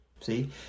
See